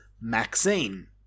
Maxine